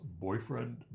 boyfriend